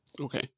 Okay